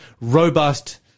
robust